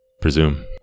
presume